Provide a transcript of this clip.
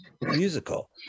musical